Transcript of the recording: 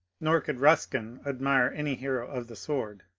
nor could buskin admire any hero of the sword.